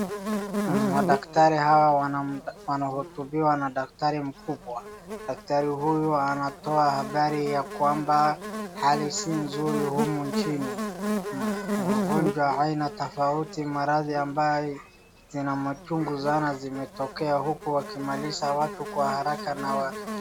Madaktari hawa wanahutubiwa na daktari mkubwa. Daktari huyu anatoa habari ya kwamba hali si nzuri humu nchini. Magonjwa aina tofauti ,maradhi ambaye ina machungu sana imetokea huku wakimaliza watu kwa haraka na wa...